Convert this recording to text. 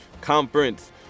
conference